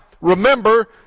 Remember